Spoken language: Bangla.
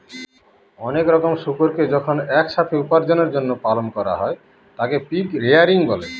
অনেক রকমের শুকুরকে যখন এক সাথে উপার্জনের জন্য পালন করা হয় তাকে পিগ রেয়ারিং বলে